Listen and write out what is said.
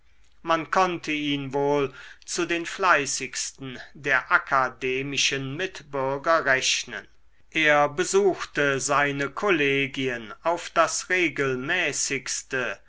man konnte ihn wohl zu den fleißigsten der akademischen mitbürger rechnen er besuchte seine kollegien auf das regelmäßigste